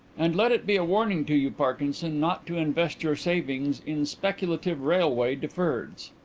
and let it be a warning to you, parkinson, not to invest your savings in speculative railway deferreds.